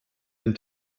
den